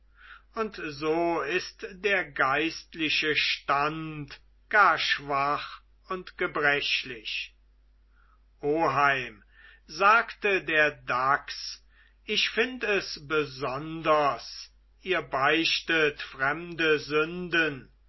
und so ist der geistliche stand gar schwach und gebrechlich oheim sagte der dachs ich find es besonders ihr beichtet fremde sünden